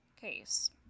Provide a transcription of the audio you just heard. case